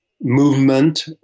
Movement